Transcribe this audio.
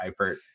Eifert